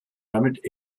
damit